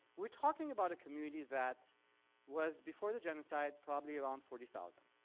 we're talking about a community that was, before the genocide, probably around forty thousand.